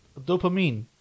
Dopamine